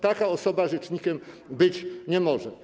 Taka osoba rzecznikiem być nie może.